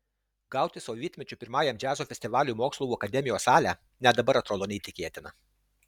gauti sovietmečiu pirmajam džiazo festivaliui mokslų akademijos salę net dabar atrodo neįtikėtina